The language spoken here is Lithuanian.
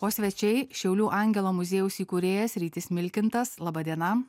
o svečiai šiaulių angelo muziejaus įkūrėjas rytis milkintas laba diena